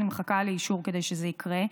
אני מחכה לאישור כדי שזה יקרה.